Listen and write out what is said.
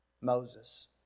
Moses